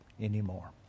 anymore